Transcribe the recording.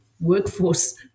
workforce